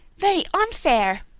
very unfair.